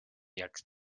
jak